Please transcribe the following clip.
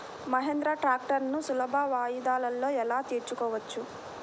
మహీంద్రా ట్రాక్టర్లను సులభ వాయిదాలలో ఎలా తీసుకోవచ్చు?